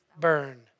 burn